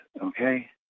okay